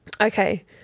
okay